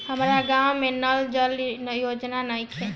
हमारा गाँव मे नल जल योजना नइखे?